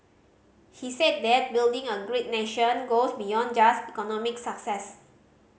he said that building a great nation goes beyond just economic success